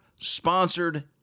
sponsored